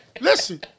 Listen